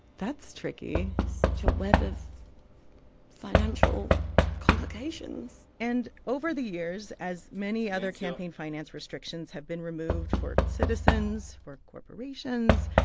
that's tricky such a web of financial complications and over the years, as many other campaign finance restrictions have been removed for citizens, for corporations,